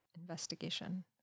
investigation